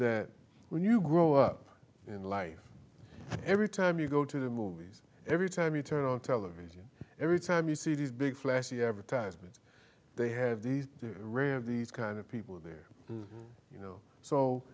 that when you grow up in life every time you go to the movies every time you turn on television every time you see these big flashy advertisements they have these rare these kind of people there you know so